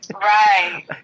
Right